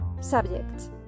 subject